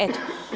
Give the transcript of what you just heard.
Eto.